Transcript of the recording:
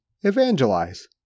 evangelize